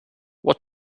what